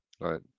Right